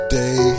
day